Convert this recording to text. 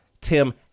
Tim